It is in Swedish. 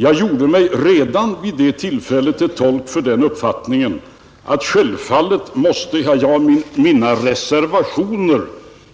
Jag gjorde mig redan vid det tillfället till tolk för den uppfattningen att jag självfallet måste göra reservationer